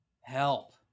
Help